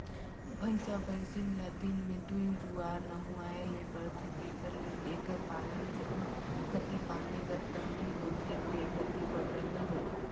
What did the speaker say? भंइसा भंइस ल दिन में दूई जुवार नहुवाए ले परथे तेकर ले एकर पालन जउन कती पानी कर तंगी होथे ते कती बगरा नी करें